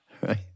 right